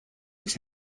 its